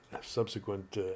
subsequent